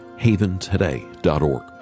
haventoday.org